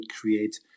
create